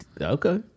Okay